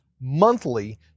monthly